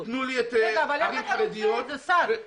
ערים חרדיות -- אבל איך אתה רוצה --- יציאה